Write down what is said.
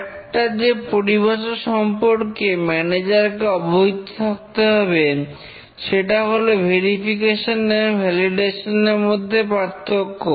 আর একটা যে পরিভাষা সম্পর্কে ম্যানেজারকে অবহিত থাকতে হবে সেটা হলে ভেরিফিকেশন এবং ভ্যালিডেশন এর মধ্যে পার্থক্য